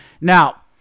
Now